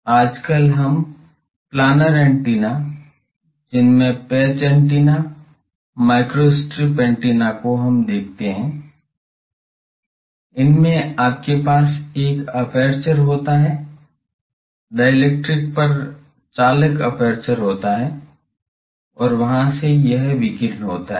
आजकल हम planar antenna जिनमें पैच एंटीना माइक्रोस्ट्रिप एंटीना को हम देखते है इनमें आपके पास एक एपर्चर होता है डाइलेट्रिक्स पर चालक एपर्चर होता है और वहां से यह विकीर्ण होता है